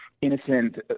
innocent